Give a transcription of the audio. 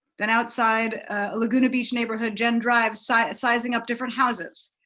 then outside a lagoon beach neighborhood jen drives sizing up different houses.